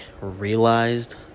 realized